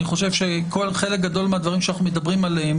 כי אני חושב שחלק גדול מהדברים שאנחנו מדברים עליהם